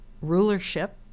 rulership